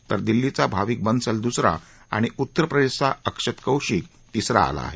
तर दिल्लीचा भाविक बन्सल दुसरा आणि उत्तर प्रदेशचा अक्षत कौशिक या परीक्षेत तिसरा आला आहे